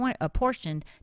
apportioned